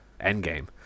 Endgame